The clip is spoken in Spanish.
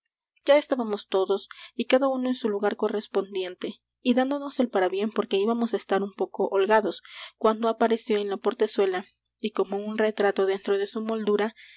ya estábamos todos y cada uno en su lugar correspondiente y dándonos el parabién porque íbamos á estar un poco holgados cuando apareció en la portezuela y como un retrato dentro de su moldura